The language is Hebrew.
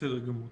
בסדר גמור.